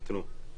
נתנו.